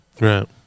right